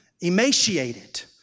emaciated